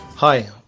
Hi